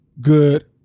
good